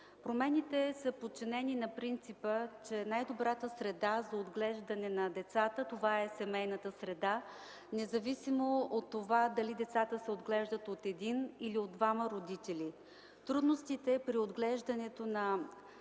Промените са подчинени на принципа, че най-добрата среда за отглеждане на децата това е семейната, независимо от това дали те се отглеждат от един или от двама родители. Трудностите при отглеждането на